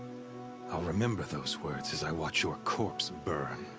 i'll remember those words as i watch your corpse burn.